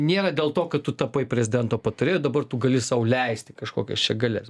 nėra dėl to kad tu tapai prezidento patarėju dabar tu gali sau leisti kažkokias čia galias